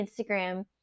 Instagram